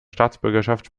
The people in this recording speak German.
staatsbürgerschaft